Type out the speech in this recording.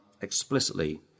explicitly